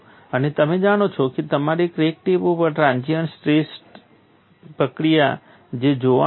અને તમે જાણો છો કે તમારે ક્રેક ટીપ પહેલાં ટ્રાઇએક્સિયલ સ્ટ્રેસ સ્ટેટ પ્રવર્તે છે તે જોવું પડશે